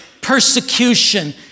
Persecution